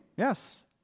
Yes